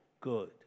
good